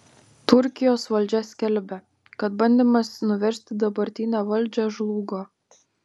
turkijos valdžia skelbia kad bandymas nuversti dabartinę valdžią žlugo